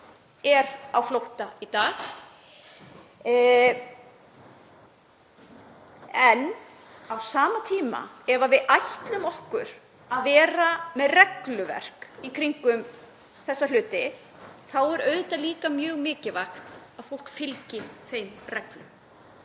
er á flótta í dag. En á sama tíma, ef við ætlum okkur að vera með regluverk í kringum þessa hluti, er auðvitað líka mjög mikilvægt að fólk fylgi þeim reglum.